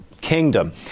kingdom